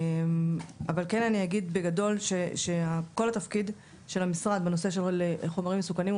אבל כן אני אגיד בגדול שכל התפקיד של המשרד בנושא של חומרים מסוכנים,